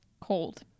Cold